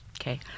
Okay